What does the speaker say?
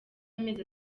amezi